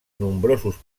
nombrosos